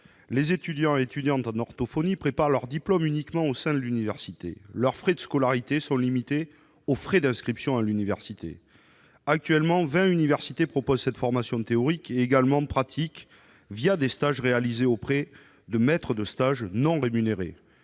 Les étudiants et étudiantes en orthophonie préparent leur diplôme uniquement au sein de l'université. Leurs frais de scolarité sont limités aux frais d'inscription à l'université. Actuellement, vingt universités proposent cette formation théorique, mais aussi pratique, des stages réalisés auprès de maîtres de stage non rémunérés.